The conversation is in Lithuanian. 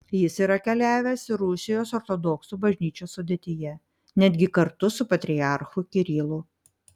jis yra keliavęs ir rusijos ortodoksų bažnyčios sudėtyje netgi kartu su patriarchu kirilu